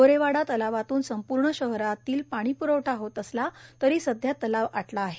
गोरेवाडा तलावातून संपूर्ण शहरातील पाणी प्रवठा होत असला तरी सध्या तलाव आटले आहे